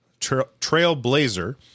trailblazer